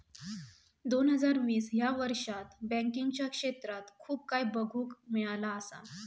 दोन हजार वीस ह्या वर्षात बँकिंगच्या क्षेत्रात खूप काय बघुक मिळाला असा